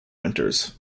winters